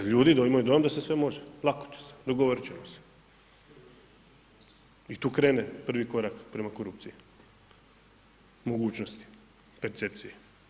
Jer ljudi imaju dojam da se sve može, lako će se, dogovorit ćemo se i tu krene prvi korak prema korupciji, mogućnosti percepcije.